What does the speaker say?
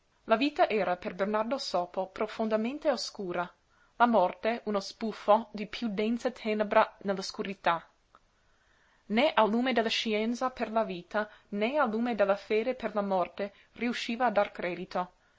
la vita era per bernardo sopo profondamente oscura la morte uno sbuffo di piú densa tenebra nell'oscurità né al lume della scienza per la vita né al lume della fede per la morte riusciva a dar credito